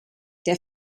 der